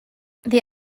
they